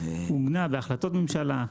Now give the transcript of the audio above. עוגנה בהחלטות ממשלה,